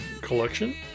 Collection